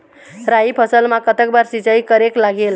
राई फसल मा कतक बार सिचाई करेक लागेल?